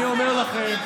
לעזור לכם,